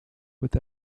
with